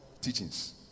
teachings